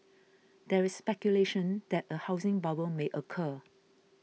there is speculation that a housing bubble may occur